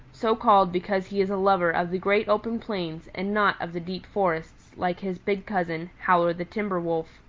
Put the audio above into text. so called because he is a lover of the great open plains and not of the deep forests like his big cousin, howler the timber wolf.